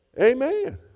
Amen